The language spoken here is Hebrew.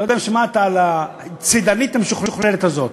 אני לא יודע אם שמעת על הצידנית המשוכללת הזאת,